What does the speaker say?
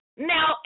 Now